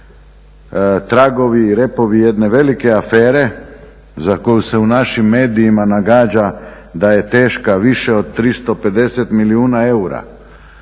tragovi i repovi jedne velike afere za koju se u našim medijima nagađa da je teška više od 350 milijuna eura.